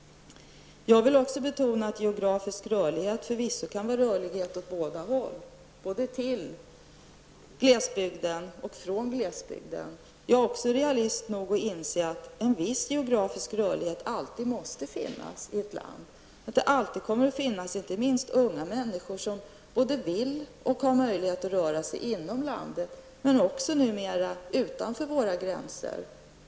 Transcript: Jag vill också betona att geografisk rörlighet förvisso kan vara rörlighet åt båda håll, både till glesbygden och från glesbygden. Jag är också realist nog att inse att en viss geografisk rörlighet alltid måste finnas i ett land, att det alltid kommer att finnas. Det gäller inte minst unga människor som både vill och har möjlighet att röra sig inom landet, och som också numera har möjlighet att röra sig utanför våra gränser.